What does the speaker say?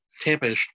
Tampa